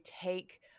take